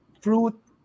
fruit